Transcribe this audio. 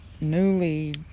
newly